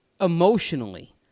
emotionally